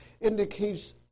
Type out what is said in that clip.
indicates